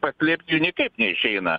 paslėpt jų niekaip neišeina